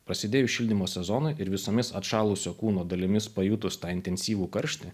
prasidėjus šildymo sezonui ir visomis atšalusio kūno dalimis pajutus tą intensyvų karštį